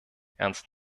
ernst